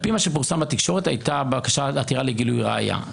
על פי מה שפורסם בתקשורת הייתה בקשה לעתירה לגילוי ראיה,